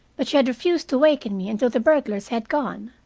but she had refused to waken me until the burglars had gone.